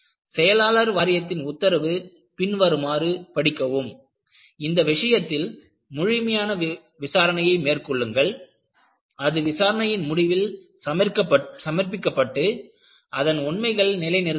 செயலாளர் வாரியத்தின் உத்தரவு பின்வருமாறு படிக்கவும் இந்த விஷயத்தில் முழுமையான விசாரணையை மேற்கொள்ளுங்கள் அது விசாரணையின் முடிவில் சமர்ப்பிக்கப்பட்டு அதன் உண்மைகள் நிலை நிறுத்தப்படும்